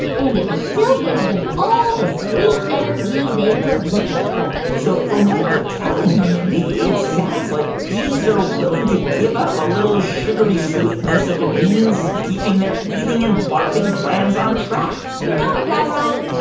and it still gave them all the sweet energy they were looking for so from what you're telling me, mindy, it sounds like bees are willing to give up a little sugary sweetness if it means keeping their eating and barfing plans on track you know it, ah guy raz.